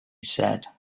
said